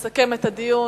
יסכם את הדיון,